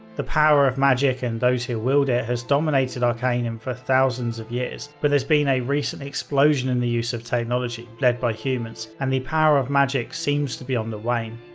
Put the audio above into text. the power of magick and those who wield it has dominated arcanum for thousands of years, but there's been a recent explosion in the use of technology, led by humans, and the power of magick seems to be on the wane.